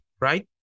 right